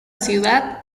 ciudad